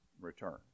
return